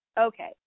okay